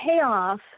payoff